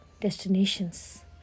destinations